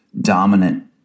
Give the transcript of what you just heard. dominant